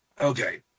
Okay